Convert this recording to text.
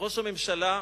ראש הממשלה,